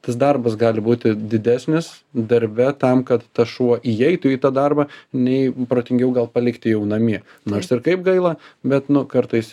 tas darbas gali būti didesnis darbe tam kad tas šuo įeitų į tą darbą nei protingiau gal palikti jau namie nors ir kaip gaila bet nu kartais